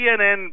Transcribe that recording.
CNN